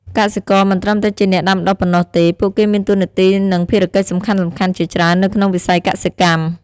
កសិករមិនត្រឹមតែជាអ្នកដាំដុះប៉ុណ្ណោះទេ ពួកគេមានតួនាទី និងភារកិច្ចសំខាន់ៗជាច្រើននៅក្នុងវិស័យកសិកម្ម។